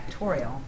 factorial